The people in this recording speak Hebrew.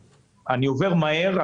אני עובר על הדברים מהר,